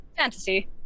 fantasy